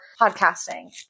podcasting